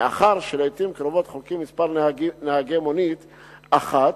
מאחר שלעתים קרובות חולקים כמה נהגים מונית אחת,